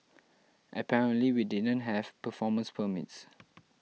apparently we didn't have performance permits